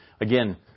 Again